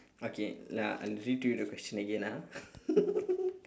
okay uh I read to you the question again ah